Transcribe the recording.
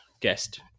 guest